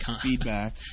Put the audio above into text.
Feedback